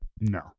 No